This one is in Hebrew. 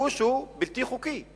הכיבוש הוא בלתי חוקי.